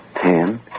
ten